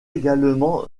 également